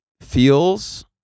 feels